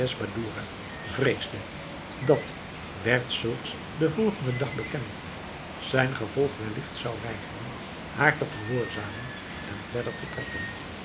vreesde dat werd zulks den volgenden dag bekend zijn gevolg welligt zou weigeren haar te gehoorzamen en verder te trekken